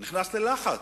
נכנס ללחץ.